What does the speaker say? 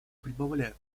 прибавляю